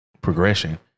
progression